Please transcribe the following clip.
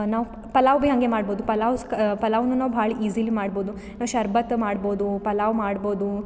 ನಾವು ಪಲಾವ್ ಬಿ ಹಂಗೆ ಮಾಡ್ಬೋದು ಪಲಾವ್ಸ್ಕ ಪಲಾವನ್ನು ನಾವು ಭಾಳ ಈಜೀಲಿ ಮಾಡ್ಬೌದು ಶರ್ಬತ್ತು ಮಾಡ್ಬೌದು ಪಲಾವ್ ಮಾಡ್ಬೌದು